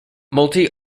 multi